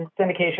syndication